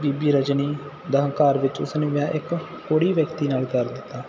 ਬੀਬੀ ਰਜਨੀ ਦਾ ਹੰਕਾਰ ਵਿੱਚ ਉਸ ਨੇ ਵਿਆਹ ਇੱਕ ਕੋਹੜੀ ਵਿਅਕਤੀ ਨਾਲ ਕਰ ਦਿੱਤਾ